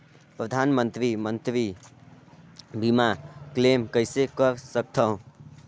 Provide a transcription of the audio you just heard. परधानमंतरी मंतरी बीमा क्लेम कइसे कर सकथव?